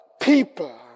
people